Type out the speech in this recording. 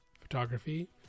photography